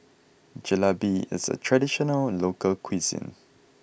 Jalebi is a traditional local cuisine